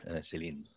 Celine